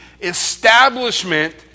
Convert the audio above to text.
establishment